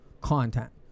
content